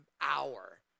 hour